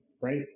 Right